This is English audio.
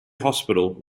hospital